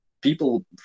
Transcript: people